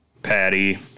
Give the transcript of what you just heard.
patty